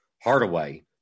Hardaway